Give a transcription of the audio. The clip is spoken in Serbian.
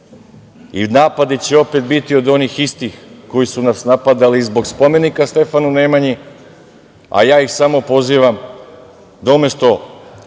i napadi će opet biti od onih istih koji su nas napadali i zbog spomenika Stefanu Nemanji, a ja ih samo pozivam da umesto